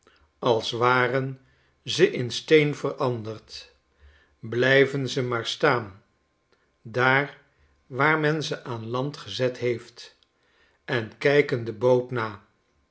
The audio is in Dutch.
als waren ze in steen veranderd blijven ze maar staan daar waar men ze aan land gezet heeft en kijken de boot na